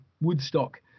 Woodstock